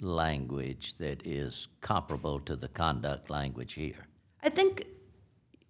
language that is comparable to the conduct language here i think